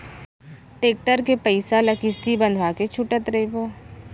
tractor के पइसा ल किस्ती बंधवा के छूटत रइबो